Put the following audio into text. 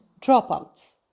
dropouts